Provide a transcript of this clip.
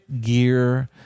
gear